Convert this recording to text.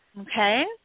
Okay